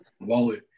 wallet